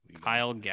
Kyle